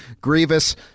Grievous